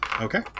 Okay